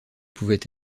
pouvaient